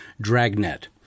Dragnet